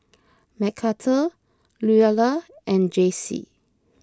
Mcarthur Luella and Jacey